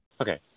Okay